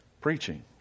preaching